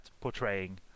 portraying